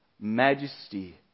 majesty